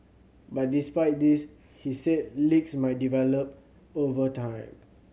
but despite this he said leaks might develop over time